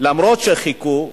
אף-על-פי שחיכו,